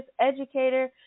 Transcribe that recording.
educator